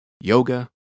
yoga